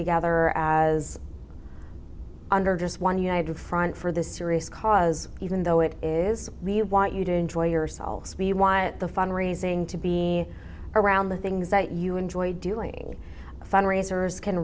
together as under just one united front for the serious cause even though it is that we want you to enjoy yourselves we want the fund raising to be around the things that you enjoy doing fundraisers can